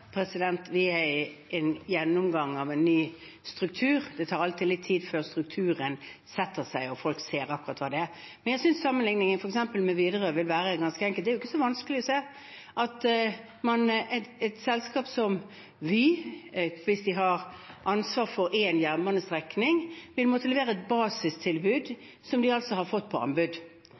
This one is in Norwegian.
Vi er i en gjennomgang av en ny struktur. Det tar alltid litt tid før strukturen setter seg og folk ser akkurat hva den er. Men jeg synes sammenligningen med f.eks. Widerøe vil være ganske enkel. Det er jo ikke så vanskelig å se at et selskap som Vy, hvis de har ansvar for én jernbanestrekning, vil måtte levere et basistilbud som de altså har fått på anbud.